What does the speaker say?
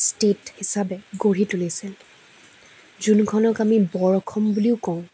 state হিচাপে গঢ়ি তুলিছিল যোনখনক আমি বৰঅসম বুলিও কওঁ